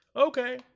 okay